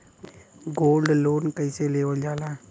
Gold loan कईसे लेवल जा ला?